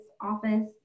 office